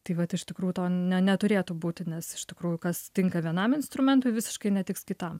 tai vat iš tikrųjų to ne neturėtų būti nes iš tikrųjų kas tinka vienam instrumentui visiškai netiks kitam